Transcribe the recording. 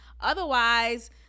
Otherwise